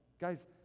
Guys